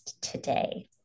today